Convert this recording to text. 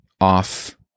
off